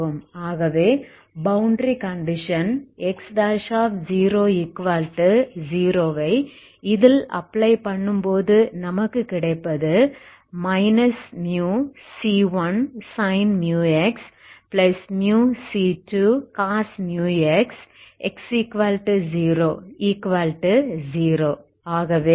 ஆகவே boundary condition X00வை இதில் அப்ளை பண்ணும்பொழுது நமக்கு கிடைப்பது μc1sin μx μc2cos μx |x00ஆகவே c20